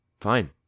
fine